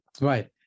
right